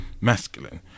masculine